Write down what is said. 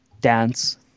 dance